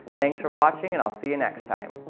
thanks for watching and i'll see you next time!